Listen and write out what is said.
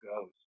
goes